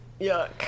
Yuck